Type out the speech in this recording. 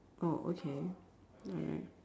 oh okay